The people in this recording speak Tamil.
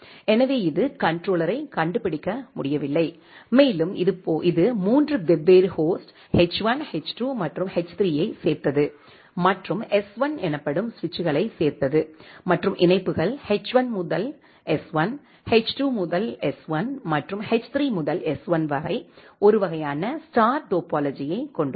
எனவே இது கண்ட்ரோலரைக் கண்டுபிடிக்க முடியவில்லை மேலும் இது மூன்று வெவ்வேறு ஹோஸ்ட் எச்1 எச்2 மற்றும் எச்3 ஐச் சேர்த்தது மற்றும் எஸ்1 எனப்படும் சுவிட்சுகளைச் சேர்த்தது மற்றும் இணைப்புகள் எச்1 முதல் எஸ்1 எச்2 முதல் எஸ்1 மற்றும் எச்3 முதல் எஸ்1 வரை ஒரு வகையான ஸ்டார் டோபோலொஜியை கொண்டுள்ளது